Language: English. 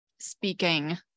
speaking